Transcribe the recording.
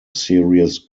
serious